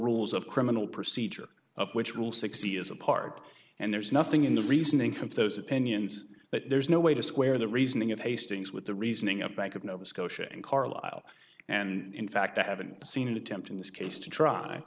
rules of criminal procedure of which rule sixty is a part and there's nothing in the reasoning of those opinions that there's no way to square the reasoning of hastings with the reasoning of bank of nova scotia and carlisle and in fact i haven't seen an attempt in this case t